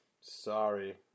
Sorry